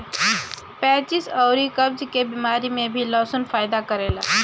पेचिस अउरी कब्ज के बेमारी में भी लहसुन फायदा करेला